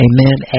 Amen